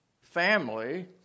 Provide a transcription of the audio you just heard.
family